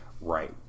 Right